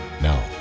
Now